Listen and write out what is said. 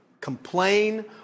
complain